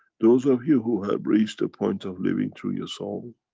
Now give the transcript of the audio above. those of you who have reached the point of living through your soul,